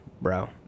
bro